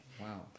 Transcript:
wow